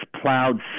plowed